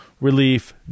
relief